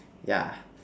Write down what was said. yeah